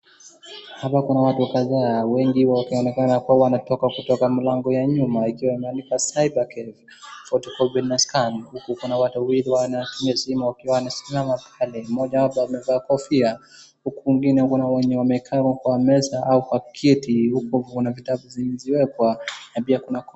Hapa kuna watu kadhaa wengi wao wanaonekana wametoka kutoka mlango ya nyuma ikiwa imeandikwa Cyber Cafe photocopy and Scan . Huku kuna watu wawili wanatumia simu wakiwa wanasimama pale mmoja wao amevaa kofia. Huku kwingine kuna wenye wamekaa kwa meza au kwa kiti huku kuna vitabu zimeziwekwa na pia kuna